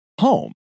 home